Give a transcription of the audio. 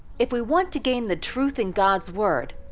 if we want to gain the truth in god's word,